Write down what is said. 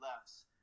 less